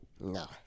No